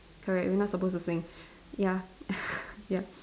correct we're not supposed to sing ya ya